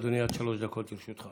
בבקשה, אדוני, עד שלוש דקות לרשותך.